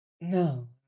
no